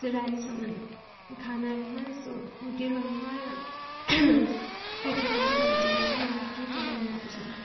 तर अहिलेसम्म खानाहरूमा यस्तो होटलहरूमा या पेट्रोल पम्पहरूतिर चाहिँ मलाई केही प्रोब्लम भएको छैन